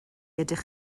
ydych